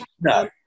No